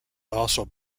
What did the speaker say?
also